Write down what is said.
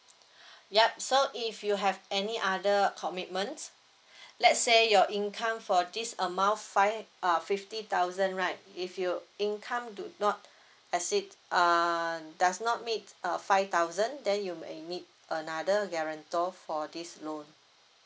yup so if you have any other commitment let say your income for this amount five uh fifty thousand right if you income do not exceed uh does not meet uh five thousand then you may need another guarantor for this loan